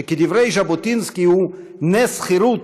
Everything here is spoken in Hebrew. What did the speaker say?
שכדברי ז'בוטינסקי הוא נס חירות,